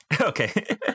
Okay